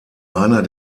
einer